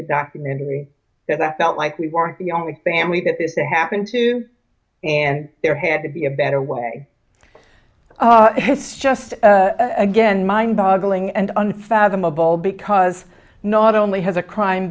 the documentary that i felt like we weren't the only family that this happened to and there had to be a better way it's just again mind boggling and unfathomable because not only has a crime